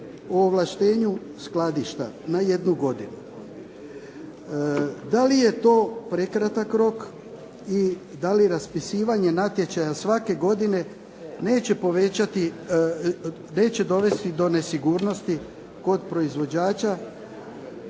o ovlaštenju skladišta na jednu godinu. Da li je to prekratak rok i da li raspisivanje natječaja svake godine neće dovesti do nesigurnosti kod proizvođača